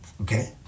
okay